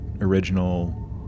original